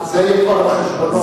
זה יהיה כבר על-חשבונו.